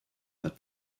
but